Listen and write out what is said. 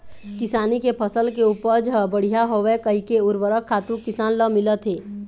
किसानी के फसल के उपज ह बड़िहा होवय कहिके उरवरक खातू किसान ल मिलत हे